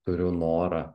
turiu norą